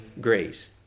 grace